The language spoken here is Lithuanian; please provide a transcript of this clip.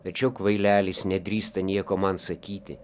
tačiau kvailelis nedrįsta nieko man sakyti